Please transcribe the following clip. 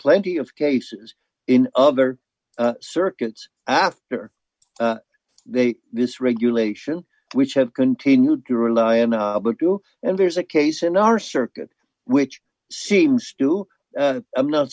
plenty of cases in other circuits after they this regulation which have continued to rely on and there's a case in our circuit which seems to i'm not